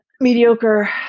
mediocre